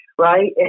right